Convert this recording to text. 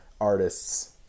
artists